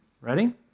Ready